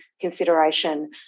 consideration